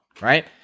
right